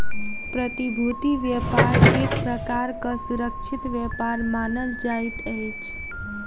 प्रतिभूति व्यापार एक प्रकारक सुरक्षित व्यापार मानल जाइत अछि